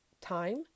time